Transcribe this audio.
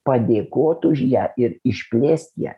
padėkot už ją ir išplėst ją